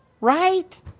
right